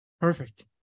Perfect